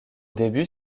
début